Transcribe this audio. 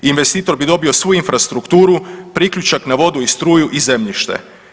Investitor bi dobio svu infrastrukturu, priključak na vodu i struju i zemljište.